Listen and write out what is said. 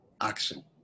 action